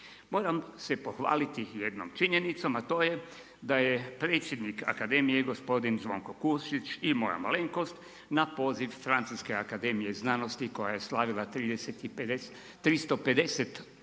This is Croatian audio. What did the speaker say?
Moram se pohvaliti jednom činjenicom a to je da je predsjednik Akademije gospodin Zvonko Kusić i moja malenkost na poziv Francuske akademije znanosti koja je slavila 350.-tu